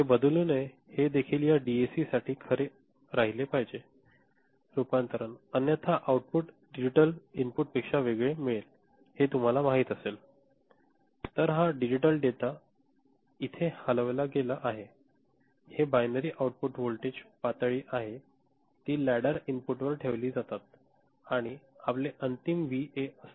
हे बदलू नये हे देखील या डी ए सी साठी खरे राहिले पाहिजे रूपांतरण अन्यथा आउटपुटडिजिटल इनपुट पेक्षा वेगळे मिळेल हे तुम्हाला माहित असेल तर हा डिजिटल डेटा येथे हलविला गेला आहे हे बायनरी आउटपुट व्होल्टेज पातळी आहे ती लॅडर इनपुटवर ठेवली जातात आणि हे आपले अंतिम व्हीए असते